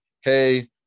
hey